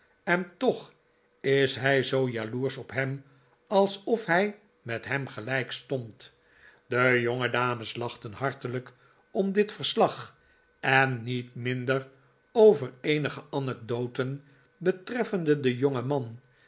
en toch is hij zoo jaloersch op hem alsof hij met hem gelijk stond de jongedames lachten hartelijk om dit verslag en niet minder over eenige anecdoten betreffende den jongeman